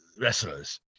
wrestlers